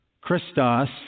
Christos